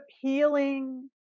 healing